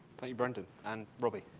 you, brendan, and robby.